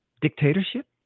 dictatorship